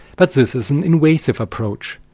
but this is an invasive approach.